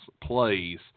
plays